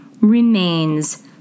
remains